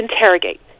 interrogate